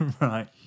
Right